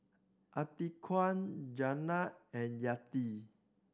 Atiqah Jenab and Yati